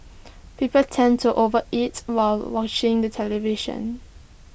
people tend to over eat while watching the television